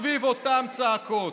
סביב אותן צעקות.